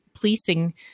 Policing